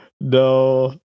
no